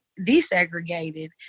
desegregated